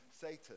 Satan